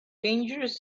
dangerous